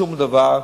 שום דבר,